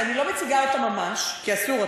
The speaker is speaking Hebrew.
אני לא מציגה אותם ממש כי אסור,